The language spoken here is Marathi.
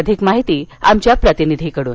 अधिक माहिती आमच्या प्रतिनिधीकडून